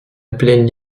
plaine